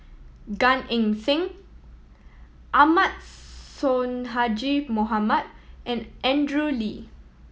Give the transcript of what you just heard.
Gan Eng Seng Ahmad Sonhadji Mohamad and Andrew Lee